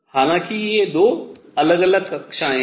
हालांकि ये 2 अलग अलग कक्षाएँ हैं